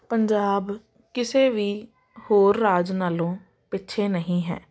ਪੰਜਾਬ ਕਿਸੇ ਵੀ ਹੋਰ ਰਾਜ ਨਾਲੋਂ ਪਿੱਛੇ ਨਹੀਂ ਹੈ